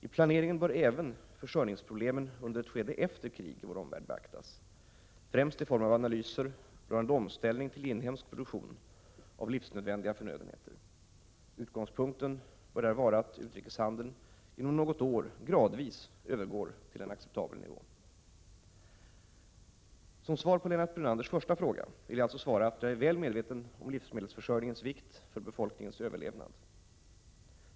I planeringen bör även försörjningsproblemen under ett skede efter krig i vår omvärld beaktas, främst i form av analyser rörande omställning till inhemsk produktion av livsnödvändiga förnödenheter. Utgångspunkten bör därvid vara att utrikeshandeln inom något år gradvis återgår till en acceptabel nivå. Som svar på Lennart Brunanders första fråga vill jag alltså anföra att jag är väl medveten om livsmedelsförsörjningens vikt för befolkningens överlevnad.